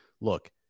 look